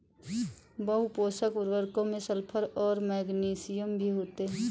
बहुपोषक उर्वरकों में सल्फर और मैग्नीशियम भी होते हैं